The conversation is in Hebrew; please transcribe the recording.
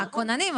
הכוננים,